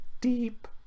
deep